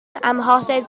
amhosib